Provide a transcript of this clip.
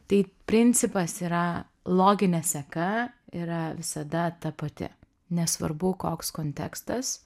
tai principas yra loginė seka yra visada ta pati nesvarbu koks kontekstas